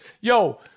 Yo